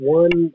one